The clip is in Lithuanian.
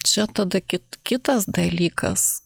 čia tada kit kitas dalykas